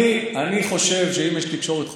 אני חושב שאם יש תקשורת חופשית,